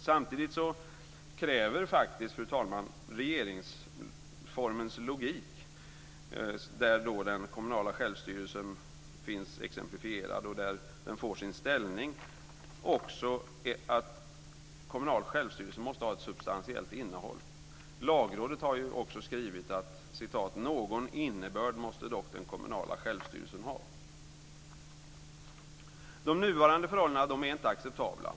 Samtidigt kräver faktiskt, fru talman, regeringsformens logik, där den kommunala självstyrelsen finns exemplifierad och där den får sin ställning, också att kommunal självstyrelse måste ha ett substantiellt innehåll. Lagrådet har också skrivit att "- någon innebörd måste dock den kommunala självstyrelsen ha". De nuvarande förhållandena är inte acceptabla.